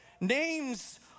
Names